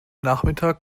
nachmittag